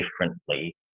differently